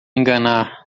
enganar